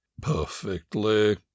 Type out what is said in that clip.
Perfectly